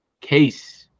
Case